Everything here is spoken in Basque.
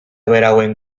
berauen